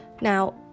Now